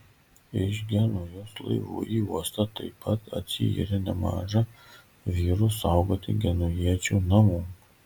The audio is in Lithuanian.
iš genujos laivų į uostą taip pat atsiyrė nemaža vyrų saugoti genujiečių namų